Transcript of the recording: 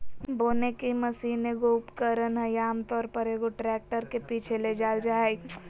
बोने की मशीन एगो उपकरण हइ आमतौर पर, एगो ट्रैक्टर के पीछे ले जाल जा हइ